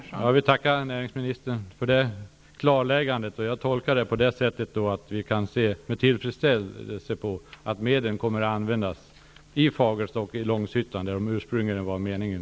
Fru talman! Jag tackar näringsministern för klarläggandet. Jag tolkar det så att vi med tillförsikt kan se fram mot att medlen kommer att användas i Fagersta och Långshyttan, vilket ursprungligen var meningen.